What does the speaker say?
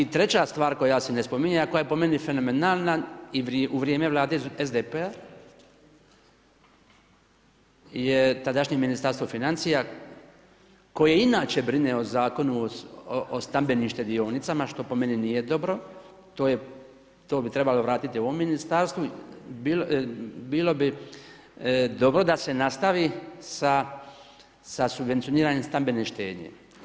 I treća stvar koja se ne spominje, a koja je po meni fenomenalna i u vrijeme vlade SDP-a je tadašnje Ministarstvo financija koje inače brine o Zakonu o stambenim štedionicama, što po meni nije dobro, to bi trebalo vratiti ovom ministarstvu, bilo bi dobro da se nastavi sa subvencioniranjem stambene štednje.